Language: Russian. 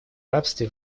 рабстве